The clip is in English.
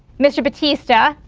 mr. batista,